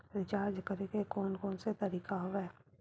Recharge करे के कोन कोन से तरीका हवय?